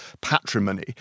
patrimony